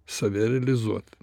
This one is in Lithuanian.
save realizuot